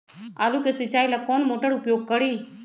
आलू के सिंचाई ला कौन मोटर उपयोग करी?